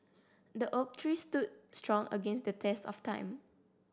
the oak tree stood strong against the test of time